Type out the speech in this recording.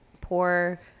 poor